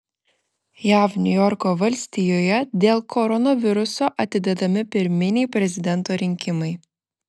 jav niujorko valstijoje dėl koronaviruso atidedami pirminiai prezidento rinkimai